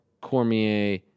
Cormier